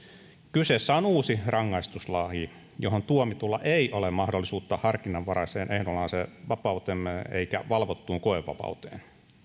kyseessä on uusi rangaistuslaki jossa tuomitulla ei ole mahdollisuutta harkinnanvaraiseen ehdonalaiseen vapauteen eikä valvottuun koevapauteen